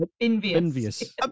envious